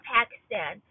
Pakistan